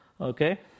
Okay